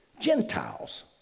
Gentiles